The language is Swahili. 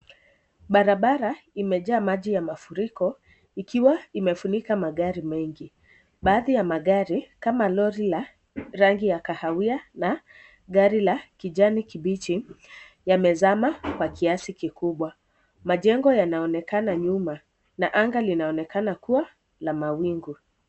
Barabara imejaa maji ya mafuriko ikiwa imefunika magari mengi. Baadhi ya magari kama lori la rangi ya kahawia na gari la kijani kibichi yamezama kwa kiasi kikubwa. Majengo yanaonekana nyuma na angaa linaonekana kuwa la mawingu.